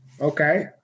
Okay